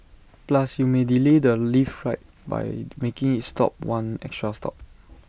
plus you may delay the lift ride by making IT stop one extra stop